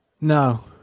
No